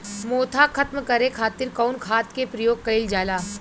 मोथा खत्म करे खातीर कउन खाद के प्रयोग कइल जाला?